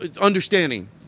understanding